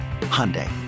Hyundai